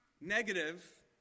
Negative